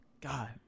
God